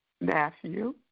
Matthew